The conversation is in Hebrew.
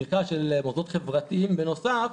ותמיכה של מוסדות חברתיים, בנוסף,